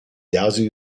yazoo